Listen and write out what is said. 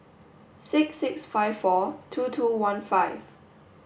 six six five four two two one five